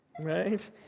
Right